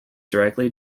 directly